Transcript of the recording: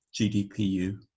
GDPU